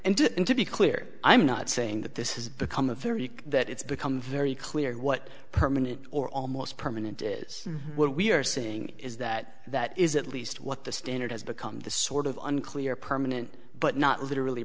t and to be clear i'm not saying that this has become a very that it's become very clear what permanent or almost permanent is what we're saying is that that is at least what the standard has become the sort of unclear permanent but not literally